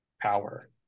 power